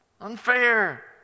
Unfair